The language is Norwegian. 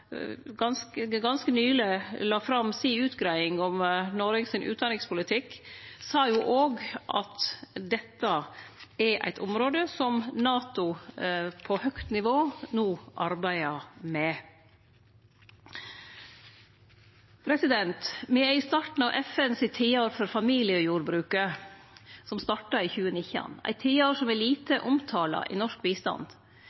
ganske nyleg la fram si utgreiing om Noregs utanrikspolitikk, sa òg at dette er eit område som NATO på høgt nivå no arbeider med. Me er i starten av FNs tiår for familiejordbruket som starta i 2019 – eit tiår som er